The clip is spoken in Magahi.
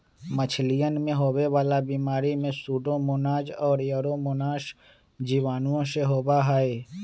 मछलियन में होवे वाला बीमारी में सूडोमोनाज और एयरोमोनास जीवाणुओं से होबा हई